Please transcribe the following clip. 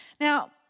Now